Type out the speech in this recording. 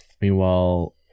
Meanwhile